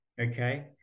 okay